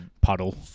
puddle